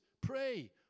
Pray